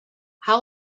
how